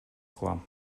кылам